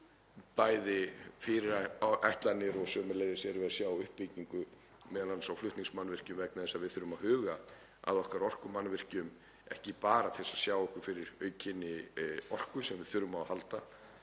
Ég hef bæði fyrirætlanir og sömuleiðis erum við að sjá uppbyggingu m.a. á flutningsmannvirkjum vegna þess að við þurfum að huga að okkar orkumannvirkjum, ekki bara til að sjá okkur fyrir aukinni orku sem við þurfum á að halda